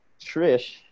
Trish